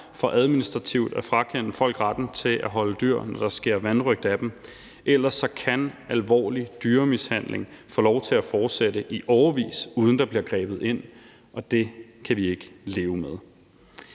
for administrativt at frakende folk retten til at holde dyr, når der sker vanrøgt af dem. Ellers kan alvorlig dyremishandling få lov til at fortsætte i årevis, uden at der bliver grebet ind, og det kan vi ikke leve med.